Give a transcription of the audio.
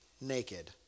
naked